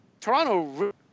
Toronto